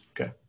Okay